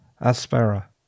Aspera